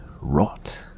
rot